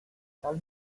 tal